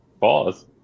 Pause